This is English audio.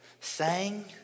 sang